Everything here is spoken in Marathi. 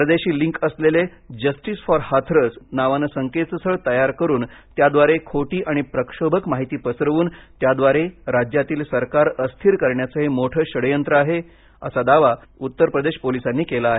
परदेशी लिंक असलेले जस्टीस फॉर हाथरस नावाने संकेतस्थळ तयार करून त्याद्वारे खोटी आणि प्रक्षोभक माहिती पसरवून त्याद्वारे राज्यातील सरकार अस्थिर करण्याचे हे मोठे षड्यंत्र होते असा दावा उत्तर प्रदेश पोलिसांनी केला आहे